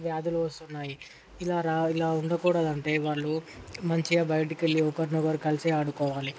వ్యాధులు వస్తున్నాయి ఇలా రా ఇలా ఉండకూడదంటే వాళ్లు మంచిగా బయటకెళ్ళి ఒకరినొకరు కలిసి ఆడుకోవాలి